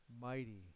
mighty